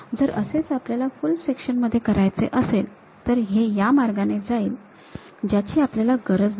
जर असेच आपल्याला फुल सेक्शन मध्ये करायचे असेल तर हे या मार्गाने जाईल ज्याची आपल्याला गरज नाही